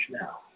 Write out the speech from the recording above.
now